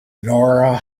nora